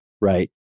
right